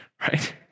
Right